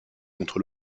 contre